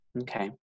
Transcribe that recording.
Okay